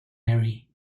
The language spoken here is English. mary